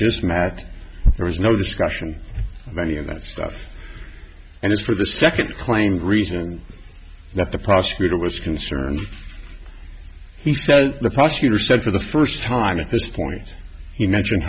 just mad there was no discussion of any of that stuff and as for the second claimed reason that the prosecutor was concerned he said the prosecutor said for the first time at this point he mentioned